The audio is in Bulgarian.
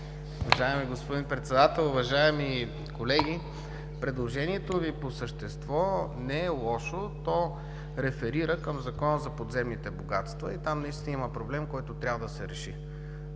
Уважаеми господин Председател! Уважаеми колеги, предложението Ви по същество не е лошо, то реферира към Закона за подземните богатства. Там наистина има проблем, който трябва да се реши.